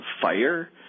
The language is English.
fire